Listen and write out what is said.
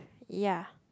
ya